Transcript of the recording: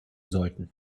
sollten